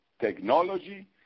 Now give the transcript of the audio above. technology